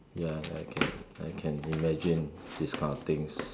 ya I can I can imagine this kind of things